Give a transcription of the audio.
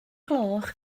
gloch